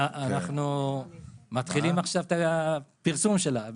אנחנו מתחילים עכשיו את הפרסום שלה,